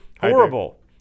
Horrible